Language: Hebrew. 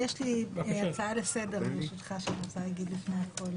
יש לי הצעה לסדר שאני רוצה להגיד לפני הכול.